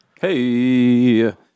Hey